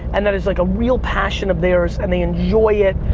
and that is, like, a real passion of theirs, and they enjoy it,